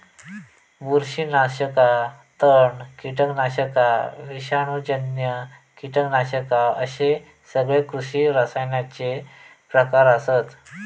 बुरशीनाशका, तण, कीटकनाशका, विषाणूजन्य कीटकनाशका अश्ये सगळे कृषी रसायनांचे प्रकार आसत